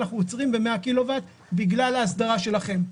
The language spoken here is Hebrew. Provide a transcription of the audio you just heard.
אנחנו עוצרים ב-100 קילו-ואט בגלל ההסדרה שלכם.